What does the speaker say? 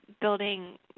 building